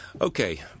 Okay